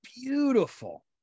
beautiful